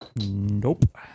Nope